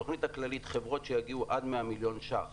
בתוכנית הכללית שיגיעו עד 100 מיליון שקלים